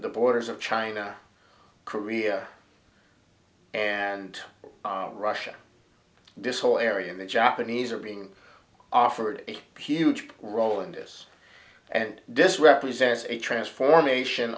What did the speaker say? the borders of china korea and russia this whole area and the japanese are being offered a huge role in this and this represents a transform ation